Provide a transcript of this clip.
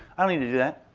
i don't need to do that,